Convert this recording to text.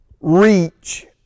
reach